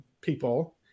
people